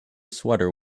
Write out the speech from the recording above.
sweater